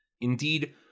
Indeed